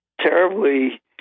terribly